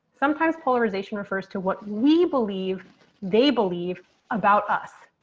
sometimes polarization refers to what we believe they believe about us.